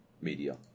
media